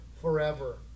forever